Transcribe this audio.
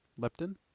leptin